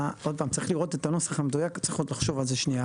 צריך לראות את הנוסח המדויק וצריך עוד לחשוב על זה שנייה,